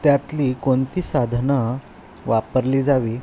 त्यातली कोणती साधनं वापरली जावी